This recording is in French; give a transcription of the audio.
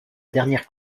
dernière